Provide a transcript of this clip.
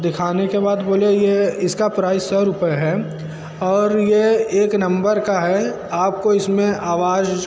दिखाने के बाद बोले ये इसका प्राइस सौ रुपये है और ये एक नंबर का है आप को इस में आवाज़